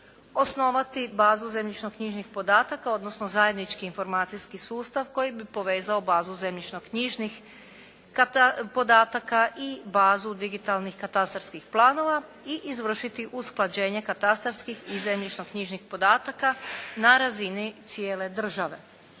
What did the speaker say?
osnovati bazu zemljišnoknjižnih podataka, odnosno zajednički informacijski sustav koji bi povezao bazu zemljišnoknjižnih podataka i bazu digitalnih katastarskih planova i izvršiti usklađenje katastarskih i zemljišnoknjižnih podataka na razini cijele države.